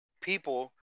people